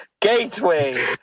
Gateway